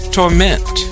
torment